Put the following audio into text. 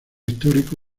histórico